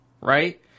right